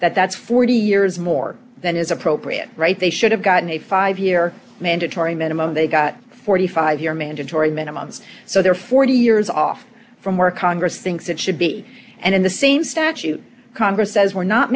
that's forty years more than is appropriate right they should have gotten a five year mandatory minimum they got forty five year mandatory minimums so they're forty years off from work congress thinks it should be and in the same statute congress says we're not